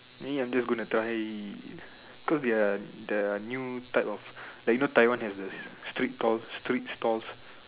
me I'm just gonna try cause their their new type of like you know Taiwan has the street stall street stalls